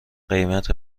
قیمت